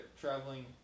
traveling